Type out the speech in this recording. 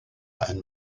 and